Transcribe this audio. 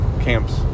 camps